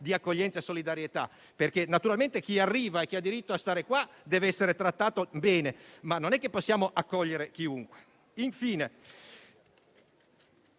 di accoglienza e solidarietà, perché naturalmente chi arriva e ha diritto a stare qua deve essere trattato bene, ma non possiamo accogliere chiunque.